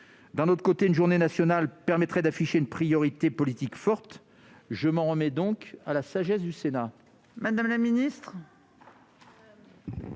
D'un autre côté, une journée nationale permettrait d'afficher une priorité politique forte. Je m'en remets donc à la sagesse du Sénat. Quel est